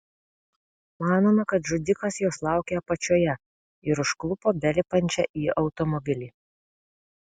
manoma kad žudikas jos laukė apačioje ir užklupo belipančią į automobilį